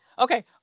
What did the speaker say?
Okay